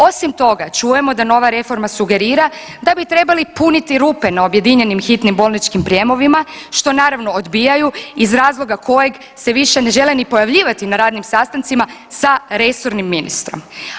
Osim toga čujemo da nova reforma sugerira da bi trebali puni rupe na objedinjenim hitnim bolničkim prijemovima što naravno odbijaju iz razloga kojeg se više ne žele ni pojavljivati na radnim sastancima sa resornim ministrom.